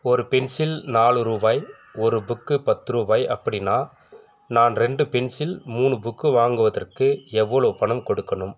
ஒரு பென்சில் நாலு ரூபாய் ஒரு புக்கு பத்து ரூபாய் அப்படின்னா நான் ரெண்டு பென்சில் மூணு புக்கு வாங்குவதற்கு எவ்வளோ பணம் கொடுக்கணும்